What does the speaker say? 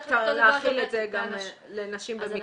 את אותו דבר -- נצטרך להחיל את זה גם לנשים במקלט.